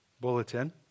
bulletin